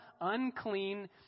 unclean